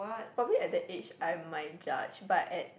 probably at that age I might judge but at